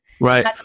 Right